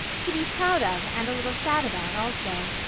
to be proud of and a little sad about, also.